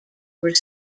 were